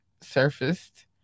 surfaced